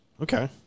Okay